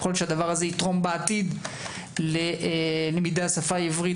יכול להיות שהדבר יתרום בעתיד ללמידת השפה העברית